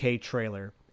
trailer